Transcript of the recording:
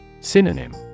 Synonym